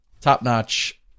top-notch